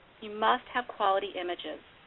you must have quality images.